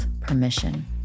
permission